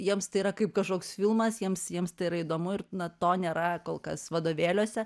jiems tai yra kaip kažkoks filmas jiems jiems tai yra įdomu ir na to nėra kol kas vadovėliuose